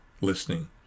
listening